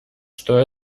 что